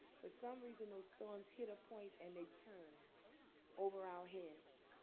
for some reason those storms hit a point, and they turn over our heads.